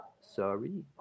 Sorry